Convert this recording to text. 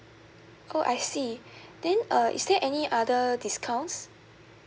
oh I see then uh is there any other discounts